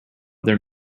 their